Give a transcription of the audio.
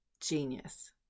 genius